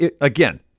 again